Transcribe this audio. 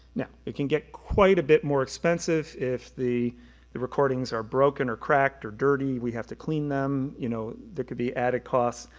now, it can get quite a bit more expensive if the the recordings are broken or cracked or dirty we have to clean them, you know, there could be added costs.